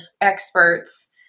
experts